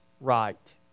right